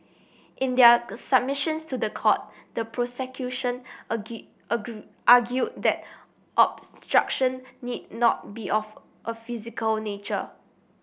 in their submissions to the court the prosecution argued that obstruction need not be of a physical nature